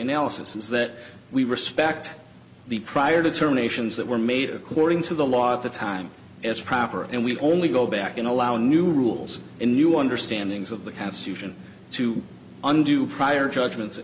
analysis is that we respect the prior determinations that were made according to the law at the time as proper and we only go back and allow a new rules in new understanding of the constitution to undo prior judgments